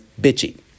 bitchy